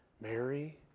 Mary